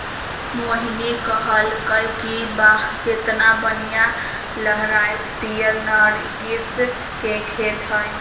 मोहिनी कहलकई कि वाह केतना बनिहा लहराईत पीयर नर्गिस के खेत हई